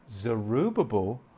Zerubbabel